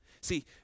See